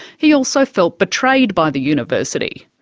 he also felt betrayed by the university.